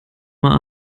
mal